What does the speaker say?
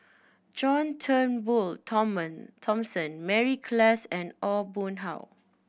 John Turnbull Thomson Mary Klass and Aw Boon Haw